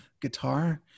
guitar